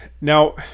Now